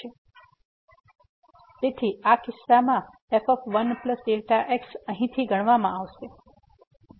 તેથી આ કિસ્સામાં f 1 Δx અહીંથી ગણવામાં આવશે